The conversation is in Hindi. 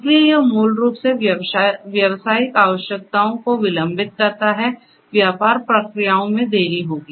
इसलिए यह मूल रूप से व्यावसायिक आवश्यकताओं को विलंबित करता है व्यापार प्रक्रियाओं में देरी होगी